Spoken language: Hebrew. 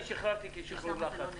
לכן שחררתי את זה כשחרור לחץ,